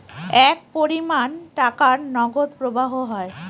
এক পরিমান টাকার নগদ প্রবাহ হয়